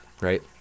right